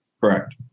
Correct